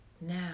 now